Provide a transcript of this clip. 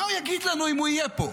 מה הוא יגיד לנו אם הוא יהיה פה?